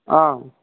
অঁ